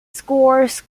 scores